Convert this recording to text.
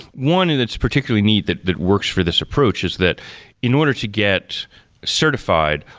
one and that's particularly neat that that works for this approach is that in order to get certified,